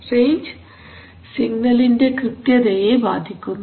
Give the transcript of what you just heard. range സിഗ്നലിന്റെ കൃത്യതയെ ബാധിക്കുന്നു